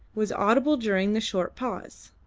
was audible during the short pause.